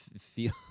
feel